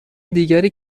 دیگری